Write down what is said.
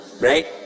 Right